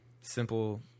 simple